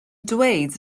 dweud